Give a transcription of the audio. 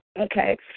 Okay